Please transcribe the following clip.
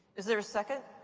is there a second?